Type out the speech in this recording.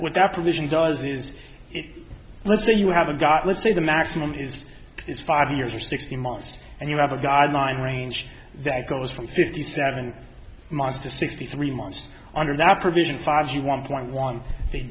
that provision does is it let's say you have got let's say the maximum is is five years or sixteen months and you have a guideline range that goes from fifty seven months to sixty three months under that provision five g one point one they